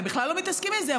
הם בכלל לא מתעסקים עם זה.